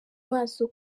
maso